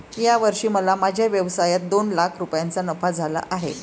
या वर्षी मला माझ्या व्यवसायात दोन लाख रुपयांचा नफा झाला आहे